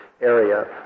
area